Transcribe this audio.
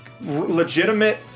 legitimate